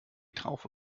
traufe